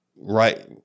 Right